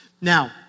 Now